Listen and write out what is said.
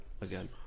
again